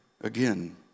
again